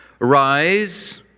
Arise